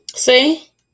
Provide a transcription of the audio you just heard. See